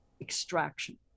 extraction